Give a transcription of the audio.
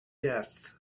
death